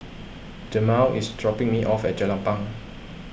Jamel is dropping me off at Jelapang